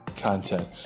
content